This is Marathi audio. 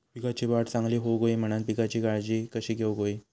पिकाची वाढ चांगली होऊक होई म्हणान पिकाची काळजी कशी घेऊक होई?